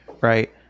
right